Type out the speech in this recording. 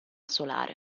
solare